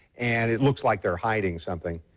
and it looks like they're hiding something.